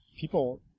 people